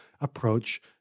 approach